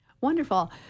Wonderful